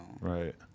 Right